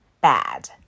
Bad